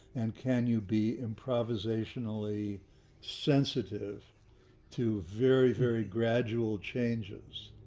and can you be improvisationally sensitive to very, very gradual changes.